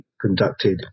conducted